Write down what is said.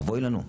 אבוי לנו,